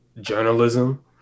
journalism